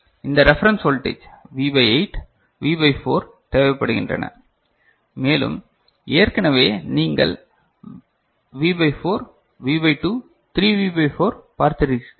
இந்த reference voltage V by 8 V by 4 தேவைப்படுகின்றன மேலும் ஏற்கனவே நீங்கள் V by 4 V by 2 3V by 4 பார்த்திருக்கிறீர்கள்